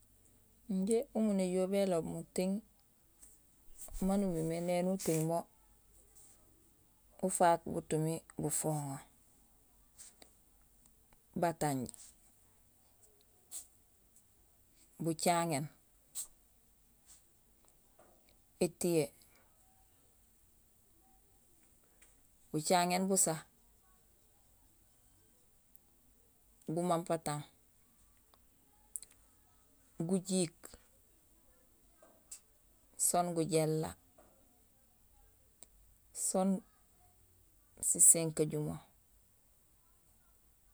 Injé umu néjool béloob muting maan umimé néni uting ufaak butumi bufoŋo: batanj, bucaŋéén, étiyee, bucaŋéén busa, bumampatang, gujiik, soon gujééla, soon sisankajumo